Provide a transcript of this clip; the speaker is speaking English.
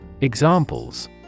Examples